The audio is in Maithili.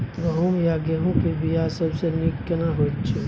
गहूम या गेहूं के बिया सबसे नीक केना होयत छै?